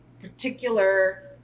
particular